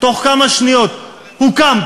ותוך כמה שניות הוא קם,